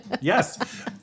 Yes